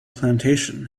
plantation